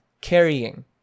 carrying